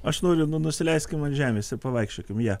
aš noriu nu nusileiskim ant žemės ir pavaikščiokim ja